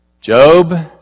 Job